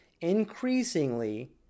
increasingly